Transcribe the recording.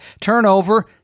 Turnover